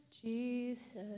Jesus